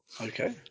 Okay